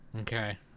Okay